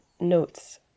notes